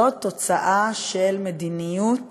זאת תוצאה של מדיניות